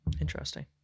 Interesting